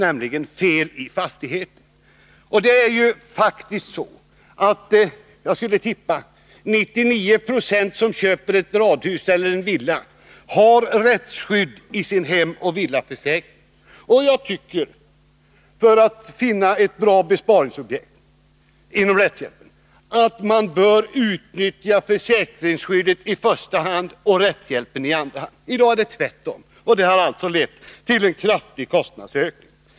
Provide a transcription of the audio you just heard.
Jag skulle tippa att 99 20 av dem som köper ett radhus eller en villa har rättshjälp i sin hemoch villaförsäkring. Jag tycker att man i första hand bör utnyttja försäkringshjälpen och i andra hand rättshjälpen. I dag är det tvärtom. Att det blivit så harlett till en kraftig kostnadsökning.